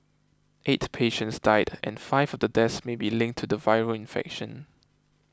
eight patients died and five of the deaths may be linked to the viral infection